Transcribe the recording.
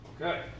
Okay